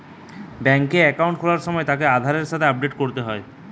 বেংকে একাউন্ট খোলার সময় তাকে আধারের সাথে আপডেট করতে হয়